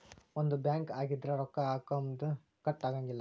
ಒಂದ ಬ್ಯಾಂಕ್ ಆಗಿದ್ರ ರೊಕ್ಕಾ ಹಾಕೊಮುನ್ದಾ ಕಟ್ ಆಗಂಗಿಲ್ಲಾ